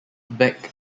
back